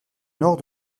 nord